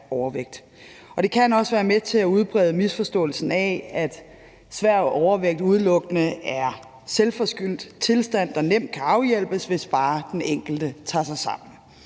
Det kan også være med til at udbrede misforståelsen om, at svær overvægt udelukkende er en selvforskyldt tilstand, der nemt kan afhjælpes, hvis bare den enkelte tager sig sammen.